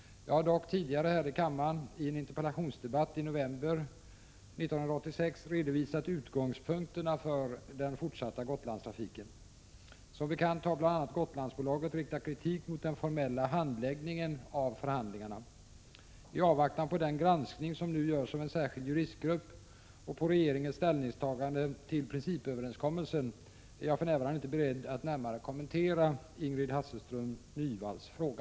Jag har dock tidigare här i kammaren, i en interpellationsdebatt, i november 1986, redovisat utgångspunkterna för den fortsatta Gotlandstrafiken. Som bekant har bl.a. Gotlandsbolaget riktat kritik mot den formella handläggningen av förhandlingarna. I avvaktan på den granskning som nu görs av en särskild juristgrupp och på regeringens ställningstagande till principöverenskommelsen är jag för närvarande inte beredd att närmare kommentera Ingrid Hasselström Nyvalls fråga.